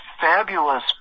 fabulous